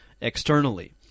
externally